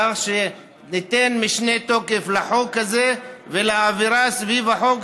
כך שניתן משנה תוקף לחוק הזה ולאווירה סביב החוק,